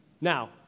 Now